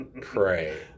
Pray